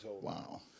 Wow